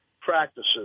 practices